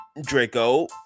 Draco